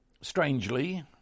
strangely